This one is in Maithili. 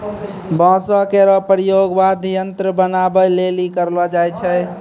बांसो केरो प्रयोग वाद्य यंत्र बनाबए लेलि करलो जाय छै